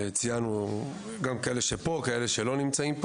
גם כאלה שפה וגם כאלה שאינם נמצאים.